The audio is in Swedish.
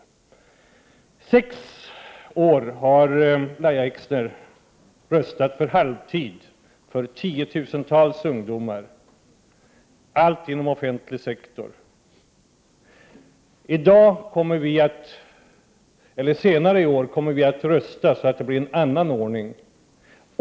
I sex år har Lahja Exner röstat för halvtid för tiotusentals ungdomar — allt inom offentlig sektor. Senare i år kommer vi att rösta så att det blir en annan ordning.